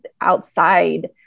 outside